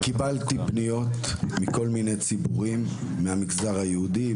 קיבלתי פניות מכל מיני ציבורים מהמגזר היהודי,